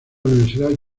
universidad